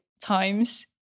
times